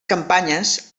campanyes